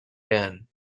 been